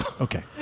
Okay